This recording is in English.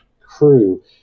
crew